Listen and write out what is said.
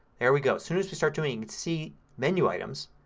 there we go. as soon as you start doing see menu items,